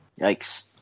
Yikes